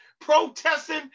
protesting